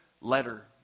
letter